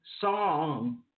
song